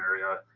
area